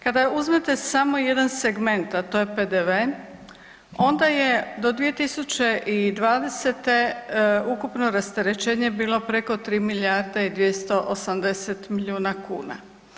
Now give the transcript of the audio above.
Kad uzmete samo jedan segment, a to je PDV, onda je do 2020. ukupno rasterećenje bilo preko 3 milijarde i 280 milijuna kuna.